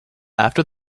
after